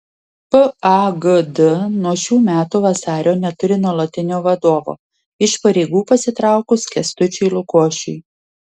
pagd nuo šių metų vasario neturi nuolatinio vadovo iš pareigų pasitraukus kęstučiui lukošiui